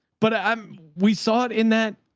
but ah um we saw it in that.